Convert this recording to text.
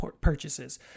purchases